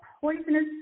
poisonous